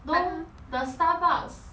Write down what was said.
no the starbucks